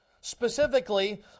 Specifically